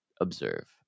observe